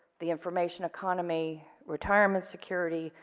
the information economy, retirement security,